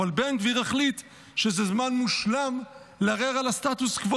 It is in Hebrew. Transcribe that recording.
אבל בן גביר החליט שזה זמן מושלם לערער על הסטטוס-קוו,